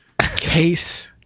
Case